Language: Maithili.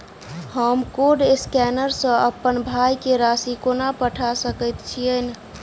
हम कोड स्कैनर सँ अप्पन भाय केँ राशि कोना पठा सकैत छियैन?